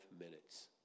minutes